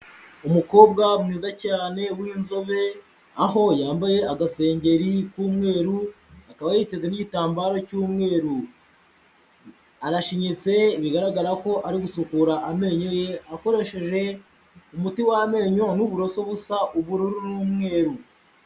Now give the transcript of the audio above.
Umukobwa mwiza cyane w'inzobe, aho yambaye agasengeri k'umweru, akaba yiteze n'igitambaro cy'umweru, arashinyitse bigaragara ko ari gusukura amenyo ye akoresheje umuti w'amenyo n'uburoso busa ubururu n'umweru.